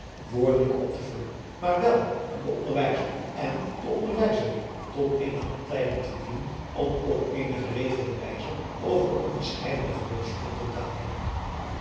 woordelijk op te vullen maar wel om den onderwijzer en den onderwijzeling tot eene handleiding te dienen om op eene geregelde wijze over de onderscheidene geloofspunten te handelen